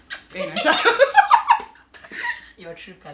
eh nasha